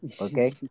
okay